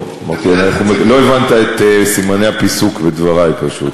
לא הבנת את סימני הפיסוק בדברי, פשוט.